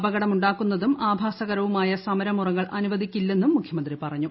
അപകടമുണ്ടാക്കുന്നതും ആഭാസകരവുമായ സമരമുറകൾ അനുവദിക്കില്ലെന്നും മുഖ്യമന്ത്രി പറഞ്ഞു